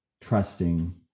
trusting